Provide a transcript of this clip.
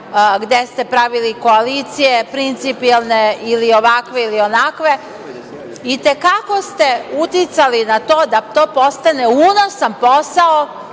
gde ste pravili koalicije, principijelne ili ovakve ili onakve, itekako ste uticali na to da to postane unosan posao